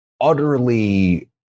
utterly